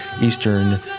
eastern